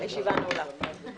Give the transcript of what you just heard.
הישיבה נעולה.